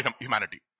humanity